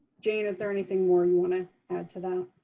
jane, is there anything more you want to add to that?